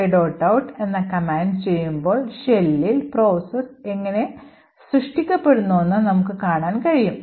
out എന്ന command ചെയ്യുമ്പോൾ ഷെല്ലിൽ പ്രോസസ്സ് എങ്ങനെ സൃഷ്ടിക്കപ്പെടുന്നുവെന്ന് നമുക്ക് കാണാൻ കഴിയും